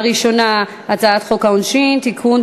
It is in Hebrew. הראשונה: הצעת חוק העונשין (תיקון,